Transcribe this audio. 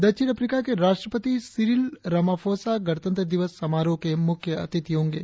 दक्षिण अफ्रीका के राष्ट्रपति सिरिल रामाफोसा गणतंत्र दिवस समारोह के मुख्य अतिथि होंगे